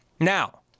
Now